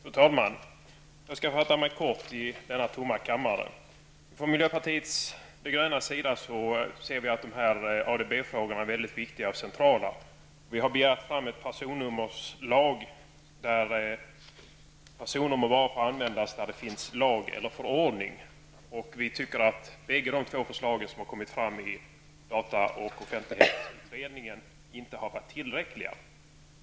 Fru talman! Jag skall fatta mig kort. Vi i miljöpartiet ser ADB-frågorna som väldigt viktiga och centrala. Vi har begärt att det skall införas en personnummerlag som medger att personnummer får användas enbart när det är tillåtet enligt lag eller förordning. De bägge förslag som har lagts fram av data och offentlighetsutredningen är otillräckliga.